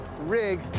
rig